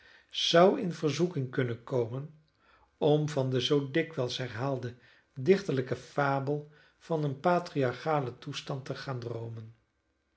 zou in verzoeking kunnen komen om van de zoo dikwijls herhaalde dichterlijke fabel van een patriarchalen toestand te gaan droomen